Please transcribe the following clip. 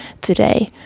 today